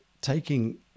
taking